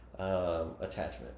Attachment